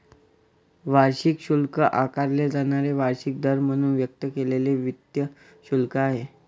वार्षिक शुल्क आकारले जाणारे वार्षिक दर म्हणून व्यक्त केलेले वित्त शुल्क आहे